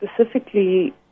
specifically